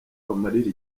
bamarira